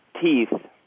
Teeth